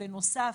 שבנוסף